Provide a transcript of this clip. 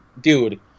dude